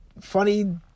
funny